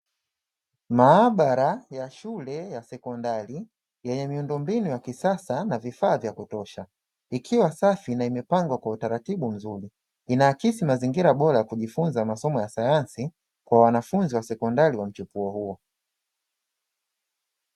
Mahabara ya shule ya sekondari yenye miundombinu ya kisasa na vifaa vya kutosha, ikiwa safi na imepangwa kwa utaratibu mzuri, inaakisi mazingira bora ya kujifunza masomo ya sayansi kwa wanafunzi wa sekondari wa mchepuo huo.